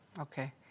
Okay